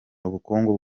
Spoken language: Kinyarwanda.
ubukungu